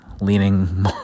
Leaning